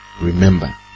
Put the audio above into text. Remember